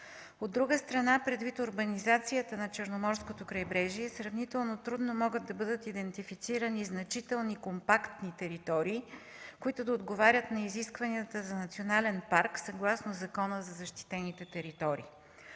От друга страна, предвид урбанизацията на Черноморското крайбрежие сравнително трудно могат да бъдат идентифицирани значителни компактни територии, които да отговарят на изискванията за национален парк, съгласно Закона за защитените територии.